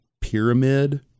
pyramid